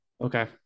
Okay